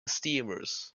steamers